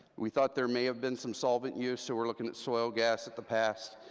we thought there may have been some solvent use, so we're looking at soil gas at the past,